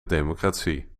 democratie